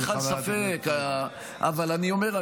אבל אני אומר,